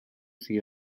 see